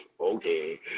okay